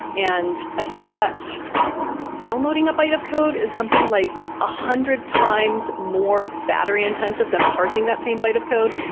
and i think that downloading a byte of code is something like a hundred times more battery intensive than parsing that same byte of code.